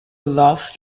laughs